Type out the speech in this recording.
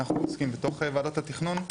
אנחנו עוסקים בתוך ועדת התכנון,